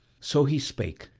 so he spake,